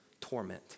torment